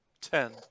ten